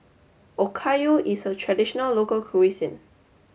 Okayu is a traditional local cuisine